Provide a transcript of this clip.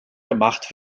gemacht